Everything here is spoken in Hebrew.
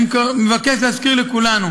אני מבקש להזכיר לכולנו